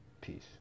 Peace